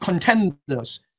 contenders